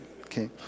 okay